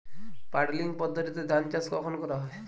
Puddling পদ্ধতিতে ধান চাষ কখন করা হয়?